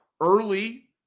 early